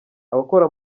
abakora